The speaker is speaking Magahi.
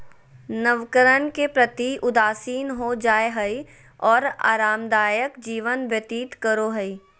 नवकरण के प्रति उदासीन हो जाय हइ और आरामदायक जीवन व्यतीत करो हइ